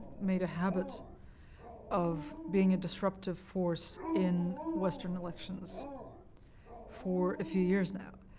made a habit of being a disruptive force in western elections for a few years now.